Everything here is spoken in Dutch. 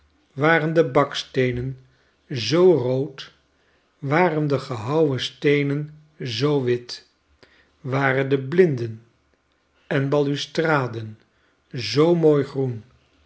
waren de baksteenen zoo rood waren de gehouwen steenen zoo wit waren de blinden en balustrades zoo mooi groen